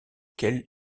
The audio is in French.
quelle